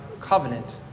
covenant